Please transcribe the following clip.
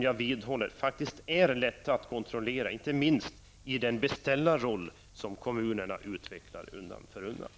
Jag vidhåller att det är lätt att kontrollera dessa företag, inte minst med tanke på den beställarroll som kommunerna undan för undan utvecklar.